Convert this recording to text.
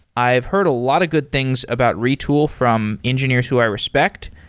i've heard a lot of good things about retool from engineers who i respect.